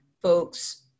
folks